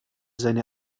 seine